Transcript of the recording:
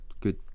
good